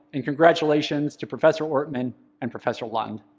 and congratulations to professor ortman and professor lund.